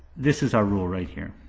this is our rule right here.